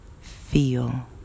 Feel